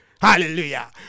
Hallelujah